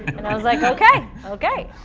and i was like ok! ok!